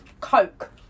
Coke